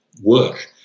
work